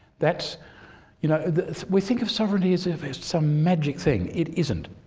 that's you know we think of sovereignty as if it's some magic thing. it isn't.